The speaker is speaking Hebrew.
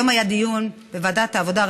היום היה דיון בוועדת העבודה,